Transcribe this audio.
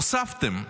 הוספתם: